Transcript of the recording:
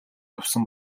явсан